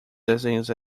desenhos